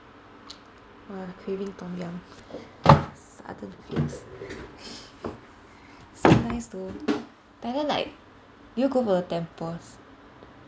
!wah! craving tom yum sudden feels so nice though Thailand like do you go for the temples